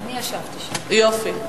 כלכלה.